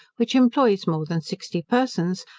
which employs more than sixty persons,